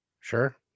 Sure